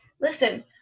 Listen